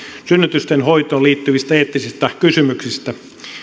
synnytysten hoitoon liittyvistä eettisistä kysymyksistä